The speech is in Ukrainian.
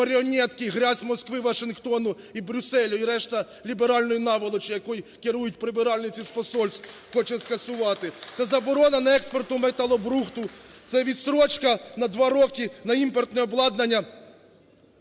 компрадори-маріонетки, грязь Москви, Вашингтону і Брюсселю і решта ліберальної наволочі, якою керують прибиральниці з посольств… (Оплески) … хоче скасувати; це заборона експорту металобрухту, це відстрочка на два роки на імпортне обладнання…